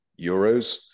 euros